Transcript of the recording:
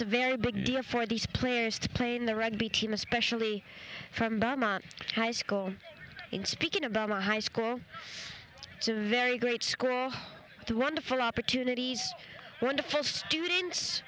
a very big deal for these players to play in the rugby team especially from bama high school in speaking about high school to very great schools the wonderful opportunities wonderful students